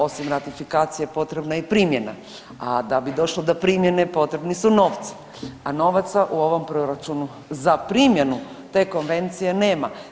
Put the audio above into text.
Osim ratifikacije potrebna je i primjena a da bi došlo do primjene, potrebni su novci a novaca u ovom proračunu za primjenu te Konvencije nema.